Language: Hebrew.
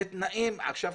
עכשיו,